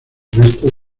resto